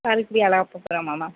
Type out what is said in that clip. Karaikudi Alagappa